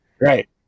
Right